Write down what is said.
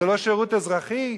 זה לא שירות אזרחי?